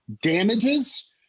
damages